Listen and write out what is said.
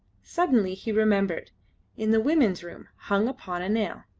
suddenly he remembered in the women's room hung upon a nail.